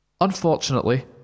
Unfortunately